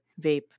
vape